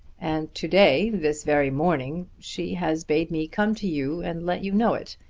and to-day, this very morning, she has bade me come to you and let you know it.